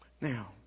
Now